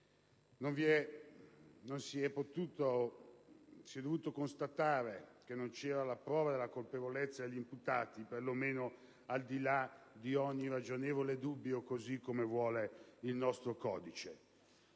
si è dovuto constatare che non c'era la prova della colpevolezza degli imputati, perlomeno al di là di ogni ragionevole dubbio, così come vuole il nostro codice.